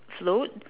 float